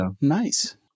Nice